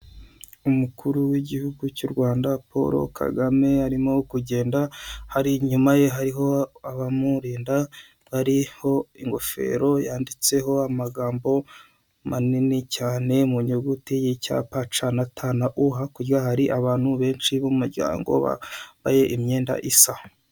Umukuru w'igihugu cy'u rwanda Paul Kagame, arimo kugenda hari inyuma ye hariho abamurinda, bariho ingofero yanditseho amagambo manini cyane mu nyuguti y'icyapa C na T na U, hakurya hari abantu benshi b'umuryango bambaye imyenda isa.